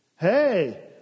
Hey